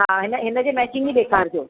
हा हा हिनजे मैचिंग बि ॾेखारिजो